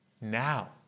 Now